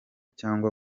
cyangwa